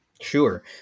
Sure